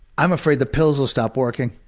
i'm afraid the pills will stop working.